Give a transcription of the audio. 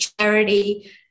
charity